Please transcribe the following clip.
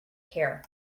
care